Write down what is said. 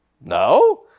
No